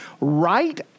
right